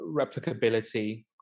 replicability